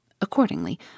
Accordingly